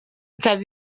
ikaba